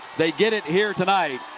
they get it here tonight.